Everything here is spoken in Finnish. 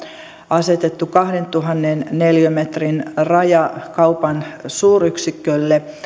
asetettu kahdentuhannen neliömetrin raja kaupan suuryksikölle